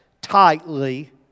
tightly